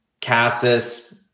Cassis